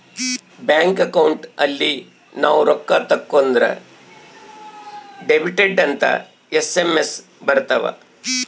bank account ಅಲ್ಲಿ ನಾವ್ ರೊಕ್ಕ ತಕ್ಕೊಂದ್ರ ಡೆಬಿಟೆಡ್ ಅಂತ ಎಸ್.ಎಮ್.ಎಸ್ ಬರತವ